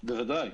בוודאי.